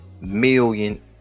million